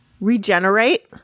regenerate